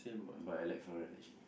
but I like floral actually